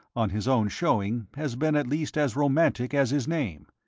on his own showing, has been at least as romantic as his name.